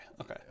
okay